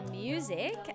music